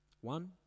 One